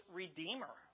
redeemer